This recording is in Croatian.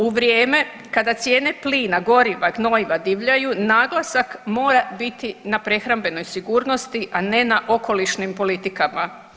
U vrijeme kada cijene plina, goriva i gnojiva divljaju naglasak mora biti na prehrambenoj sigurnosti, a ne na okolišnim politikama.